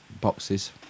boxes